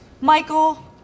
Michael